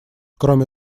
кроме